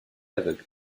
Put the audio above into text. aveugle